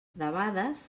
debades